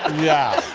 ah yeah.